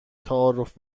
تعارف